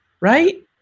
right